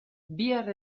bihar